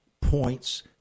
points